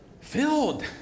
Filled